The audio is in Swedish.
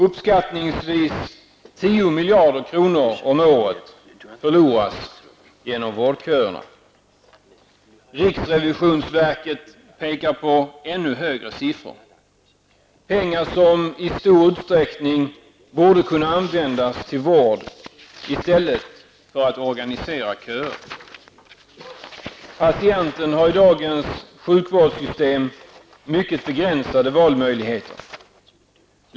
Uppskattningsvis 10 miljarder kronor om året förloras genom vårdköerna. Riksrevisionsverket pekar på ännu högre siffror. Det är pengar som i stor utsträckning borde kunna användas till vård i stället för att organisera köer. Patienten har i dagens sjukvårdssystem mycket begränsade valmöjligheter.